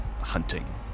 hunting